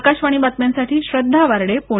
आकाशवाणी बातम्यांसाठी श्रद्धा वार्डे पुणे